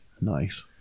Nice